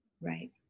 Right